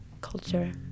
culture